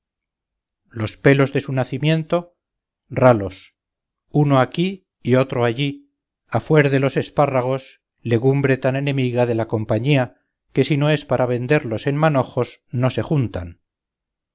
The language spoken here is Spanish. los pelos de su nacimiento ralos uno aquí y otro allí a fuer de los espárragos legumbre tan enemiga de la compañía que si no es para venderlos en manojos no se juntan